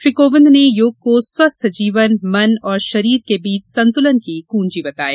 श्री कोविंद ने योग को स्वस्थ जीवन मन और शरीर के बीच संतुलन की कुंजी बताया